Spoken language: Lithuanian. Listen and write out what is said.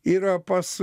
yra pas